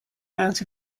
mount